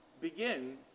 begin